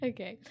Okay